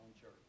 church